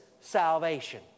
salvation